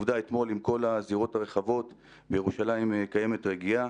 כמי שמכיר את ירושלים לא רע,